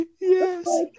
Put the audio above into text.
Yes